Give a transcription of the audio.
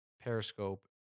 Periscope